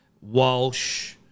Walsh